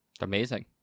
Amazing